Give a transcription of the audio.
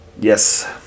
Yes